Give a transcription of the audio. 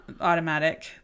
Automatic